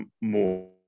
more